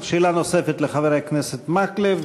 שאלה נוספת לחבר הכנסת מקלב.